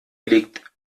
legt